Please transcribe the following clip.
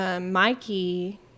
Mikey